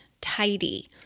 tidy